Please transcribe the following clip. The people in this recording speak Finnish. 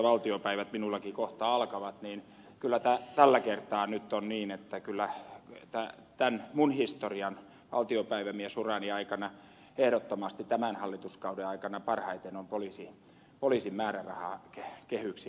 valtiopäivät minullakin kohta alkavat että kyllä tällä kertaa on niin että tämän minun historiani ja valtiopäivämiesurani aikana ehdottomasti tämän hallituskauden aikana parhaiten on poliisin määrärahakehyksiä nostettu